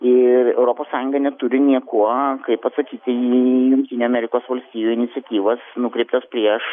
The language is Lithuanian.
ir europos sąjunga neturi niekuo kaip atsakyti į į amerikos valstijų iniciatyvas nukreiptas prieš